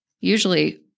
usually